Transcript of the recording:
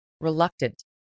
reluctant